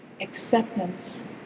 acceptance